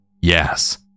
Yes